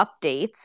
updates